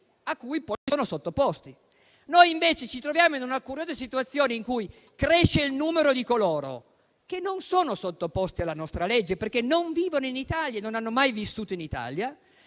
a cui poi sono sottoposti. Noi invece ci troviamo in una curiosa situazione, in cui cresce il numero di coloro che non sono sottoposti alla nostra legge, perché non vivono in Italia e non hanno mai vissuto in Italia,